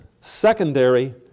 secondary